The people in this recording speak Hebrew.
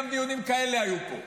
גם דיונים כאלה היו פה.